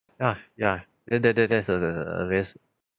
ya ya then that that that that's a the best